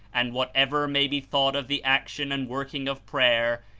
and, whatever may be thought of the action and working of prayer,